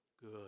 Good